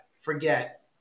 forget